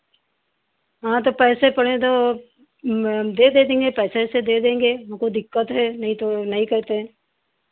हाँ तो पैसे पड़ेंगे तो दे देंगे पैसे वैसे दे देंगे हमको दिक्कत है नहीं तो नहीं कहते